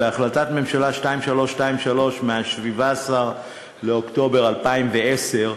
בהחלטת הממשלה 2323 מ-17 באוקטובר 2010,